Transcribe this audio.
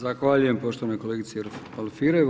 Zahvaljujem poštovanoj kolegici Alfirev.